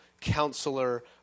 Counselor